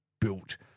built